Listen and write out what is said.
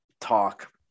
talk